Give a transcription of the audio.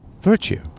virtue